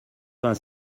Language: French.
vingt